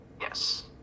yes